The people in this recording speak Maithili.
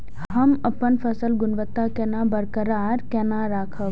हम अपन फसल गुणवत्ता केना बरकरार केना राखब?